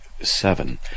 seven